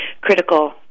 critical